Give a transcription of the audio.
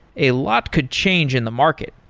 a lot could change in the market.